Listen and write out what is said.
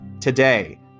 today